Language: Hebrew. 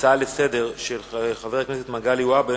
הצעה לסדר-היום של חבר הכנסת מגלי והבה,